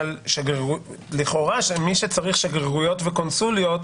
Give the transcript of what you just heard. לכאורה מי שצריך שגרירויות וקונסוליות